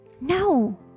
No